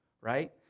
right